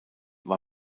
war